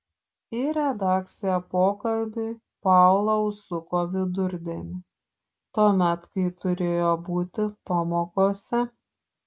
į redakciją pokalbiui paula užsuko vidurdienį tuomet kai turėjo būti pamokose